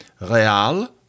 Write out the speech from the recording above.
Réal